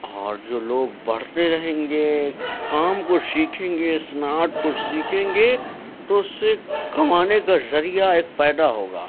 اور جو لوگ بڑھتے رہیں گے کام کو سیکھیں گے اسناد کو سیکھیں گے تو اس سے کمانے کا ذریعہ ایک پیدا ہوگا